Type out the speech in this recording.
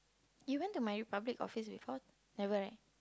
you went to My Republic office before never right